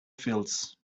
fields